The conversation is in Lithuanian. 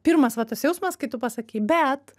pirmas va tas jausmas kai tu pasakei bet